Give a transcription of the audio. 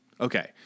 Okay